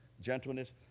Gentleness